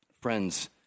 Friends